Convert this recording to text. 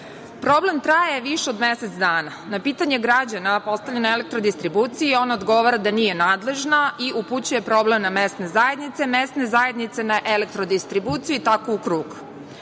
svetla. Problem traje više od mesec dana. Na pitanje građana postavljeno Elektrodistribuciji, ona odgovora da nije nadležna i upućuje problem na mesne zajednice a mesne zajednice na Elektrodistribuciju i tako u krug. Ovo